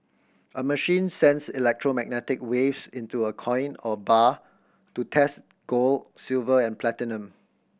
a machine sends electromagnetic waves into a coin or bar to test gold silver and platinum